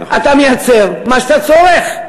אתה מייצר מה שאתה צורך.